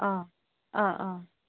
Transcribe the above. অঁ অঁ অঁ